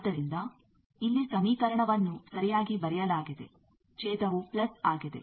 ಆದ್ದರಿಂದ ಇಲ್ಲಿ ಸಮೀಕರಣವನ್ನು ಸರಿಯಾಗಿ ಬರೆಯಲಾಗಿದೆ ಛೇದವು ಪ್ಲಸ್ ಆಗಿದೆ